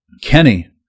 Kenny